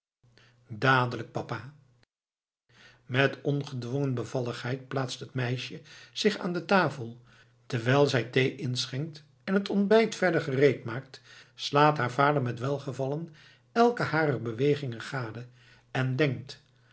dadelijk papa met ongedwongen bevalligheid plaatst het meisje zich aan de tafel terwijl zij thee inschenkt en het ontbijt verder gereedmaakt slaat haar vader met welgevallen elke harer bewegingen gade en denkt